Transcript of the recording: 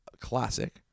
classic